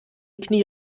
knie